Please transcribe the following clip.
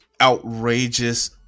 outrageous